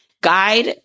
guide